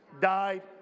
died